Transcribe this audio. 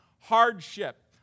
hardship